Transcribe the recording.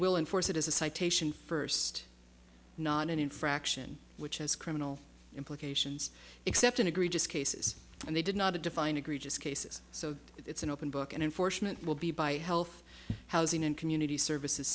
will enforce it is a citation first not an infraction which is criminal implications except an egregious cases and they did not define egregious cases so it's an open book and enforcement will be by health housing and community services